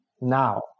now